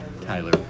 Tyler